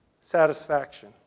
satisfaction